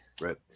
Right